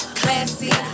classy